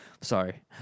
Sorry